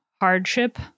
hardship